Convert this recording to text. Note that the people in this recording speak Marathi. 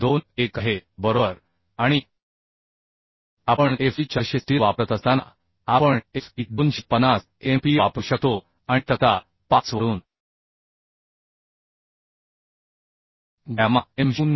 21 आहे बरोबर आणि आपण Fe 400 स्टील वापरत असताना आपण Fe 250 MPa वापरू शकतो आणि तक्ता 5 वरून गॅमा m 0 1